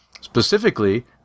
specifically